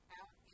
out